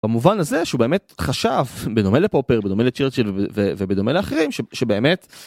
במובן הזה שהוא באמת חשב בדומה לפופר בדומה לצ'רצ'יל ובדומה לאחרים שבאמת.